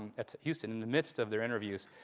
at houston, in the midst of their interviews,